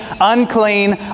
unclean